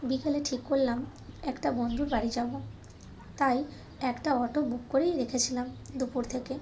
বিকেলে ঠিক করলাম একটা বন্ধুর বাড়ি যাবো তাই একটা অটো বুক করেই রেখেছিলাম দুপুর থেকে